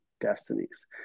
destinies